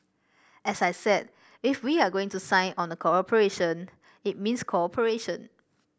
as I said if we are going to sign on a cooperation it means cooperation